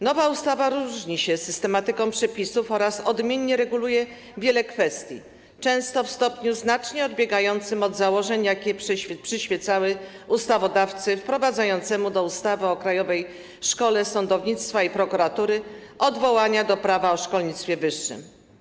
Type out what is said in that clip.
Nowa ustawa różni się systematyką przepisów oraz odmiennie reguluje wiele kwestii, często w stopniu znacznie odbiegającym od założeń, jakie przyświecały ustawodawcy wprowadzającemu do ustawy o Krajowej Szkole Sądownictwa i Prokuratury odwołania do Prawa o szkolnictwie wyższym.